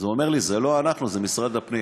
אז הוא אומר לי: זה לא אנחנו, זה משרד הפנים.